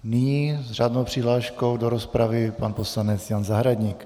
Nyní s řádnou přihláškou do rozpravy pan poslanec Jan Zahradník.